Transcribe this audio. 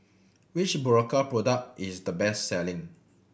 which Berocca product is the best selling